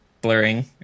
blurring